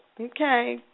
Okay